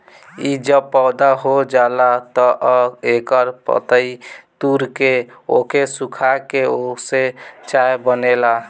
इ जब पौधा हो जाला तअ एकर पतइ तूर के ओके सुखा के ओसे चाय बनेला